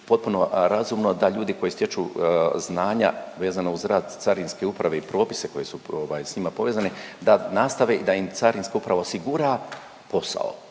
potpuno razumno da ljudi koji stječu znanja vezano uz rad Carinske uprave i propise koji su ovaj s njima povezani da nastave i da im Carinska uprava osigura posao,